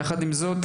יחד עם זאת,